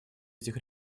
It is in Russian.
этих